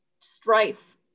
strife